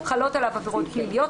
חלות עליו עבירות פליליות,